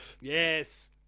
Yes